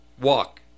walk